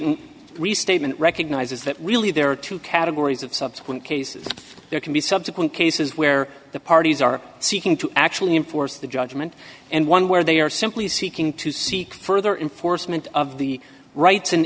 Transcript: t restatement recognizes that really there are two categories of subsequent cases there can be subsequent cases where the parties are seeking to actually enforce the judgment and one where they are simply seeking to seek further in force mint of the rights an